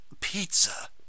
pizza